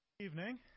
evening